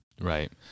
Right